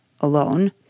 alone